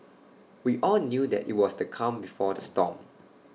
we all knew that IT was the calm before the storm